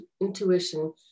intuition